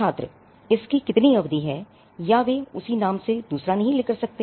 छात्र इसकी कितनी अवधि है या वे उसी नाम से दूसरा नहीं ले सकते